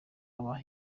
aba